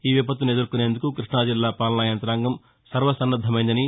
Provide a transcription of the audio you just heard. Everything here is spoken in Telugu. ఈ విపత్తును ఎదుర్కొనేందుకు కృష్ణాజిల్లా పాలనాయంగ్రాంగం సర్వసన్నద్దమైందని